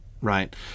right